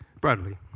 Bradley